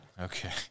Okay